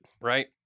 right